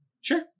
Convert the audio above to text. sure